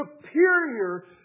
superior